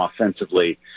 offensively